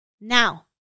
Now